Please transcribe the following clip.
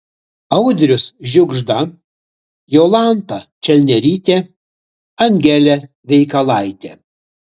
audrius žiugžda jolanta čalnerytė angelė veikalaitė